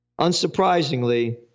Unsurprisingly